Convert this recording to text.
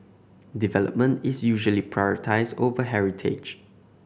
development is usually prioritised over heritage